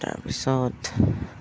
তাৰপিছত